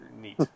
Neat